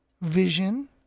vision